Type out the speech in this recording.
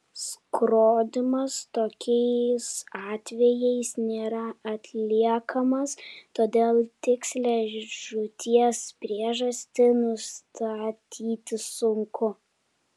skrodimas tokiais atvejais nėra atliekamas todėl tikslią žūties priežastį nustatyti sunku